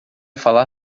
falar